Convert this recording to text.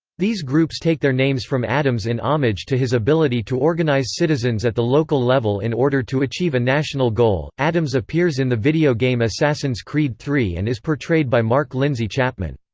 these groups take their names from adams in homage to his ability to organize citizens at the local level in order to achieve a national goal adams appears in the video game assassin's creed iii and is portrayed by mark lindsay chapman.